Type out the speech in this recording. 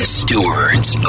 stewards